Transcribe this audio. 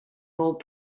bob